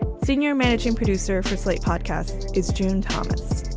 senior managing producer for slate podcast. it's june thomas,